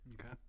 Okay